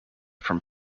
from